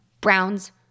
Browns